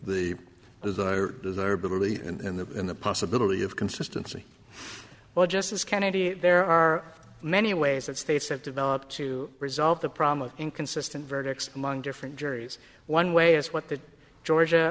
the desire deserve believe in the in the possibility of consistency well justice kennedy there are many ways that states have developed to resolve the problem of inconsistent verdicts among different juries one way is what the